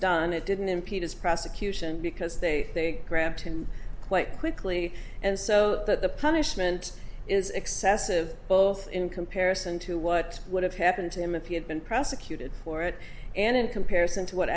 done it didn't impede his prosecution because they grabbed him quite quickly and so that the punishment is excessive both in comparison to what would have happened to him if he had been prosecuted for it and in comparison to what